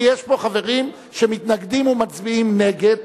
כי יש פה חברים שמתנגדים ומצביעים נגד,